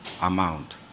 amount